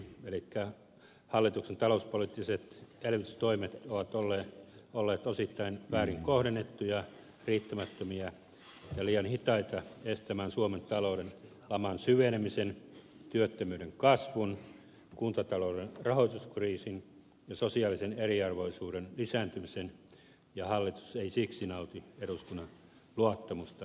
elikkä hallituksen talouspoliittiset elvytystoimet ovat olleet osittain väärin kohdennettuja riittämättömiä ja liian hitaita estämään suomen talouden laman syvenemisen työttömyyden kasvun kuntatalouden rahoituskriisin ja sosiaalisen eriarvoisuuden lisääntymisen ja hallitus ei siksi nauti eduskunnan luottamusta